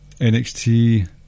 NXT